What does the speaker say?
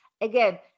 again